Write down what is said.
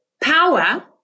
power